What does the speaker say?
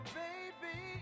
baby